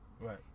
Right